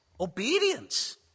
obedience